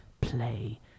play